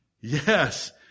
Yes